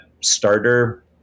starter